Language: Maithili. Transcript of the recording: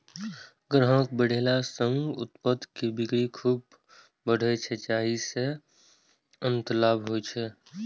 ग्राहक बढ़ेला सं उत्पाद के बिक्री खूब बढ़ै छै, जाहि सं अंततः लाभ होइ छै